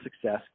success